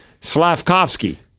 Slavkovsky